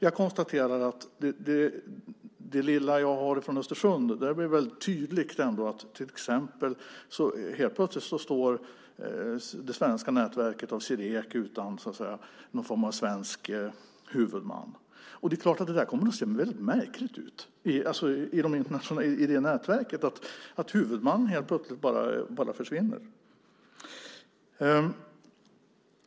Jag konstaterar utifrån det lilla jag har från Östersund att det blir tydligt att till exempel det svenska nätverket Cirec helt plötsligt står utan någon form av svensk huvudman. Det är klart att det när det gäller det nätverket kommer att se väldigt märkligt ut att huvudmannen helt plötsligt bara försvinner.